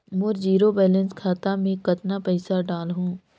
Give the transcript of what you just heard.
मोर zero balance खाता मे कतना पइसा डाल हूं?